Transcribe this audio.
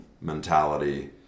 mentality